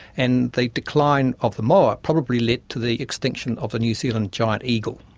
and the decline of the moa probably led to the extinction of the new zealand giant eagle,